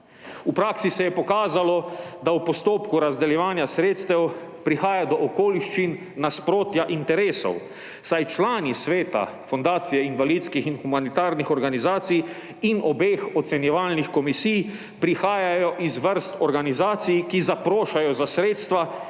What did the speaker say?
V praksi se je pokazalo, da v postopku razdeljevanja sredstev prihaja do okoliščin nasprotja interesov, saj člani Sveta Fundacije invalidskih in humanitarnih organizacij ter obeh ocenjevalnih komisij prihajajo iz vrst organizacij, ki zaprošajo za sredstva